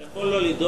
אתה יכול לא לדאוג,